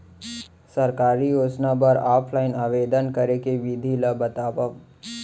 सरकारी योजना बर ऑफलाइन आवेदन करे के विधि ला बतावव